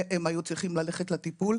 והם היו צריכים ללכת לטיפול,